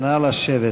לשבת.